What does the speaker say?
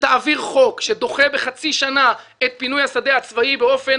תעביר חוק שדוחה בחצי שנה את פינוי השדה הצבאי באופן